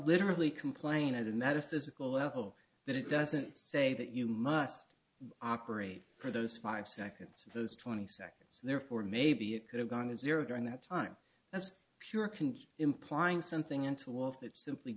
literally complain at a metaphysical level that it doesn't say that you must operate for those five seconds those twenty seconds therefore maybe it could have gone to zero during that time that's pure conjecture implying something into wolf that simply